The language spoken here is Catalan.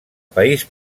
país